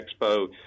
Expo